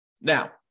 Now